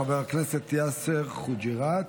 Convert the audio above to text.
חבר הכנסת יאסר חוג'יראת.